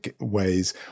ways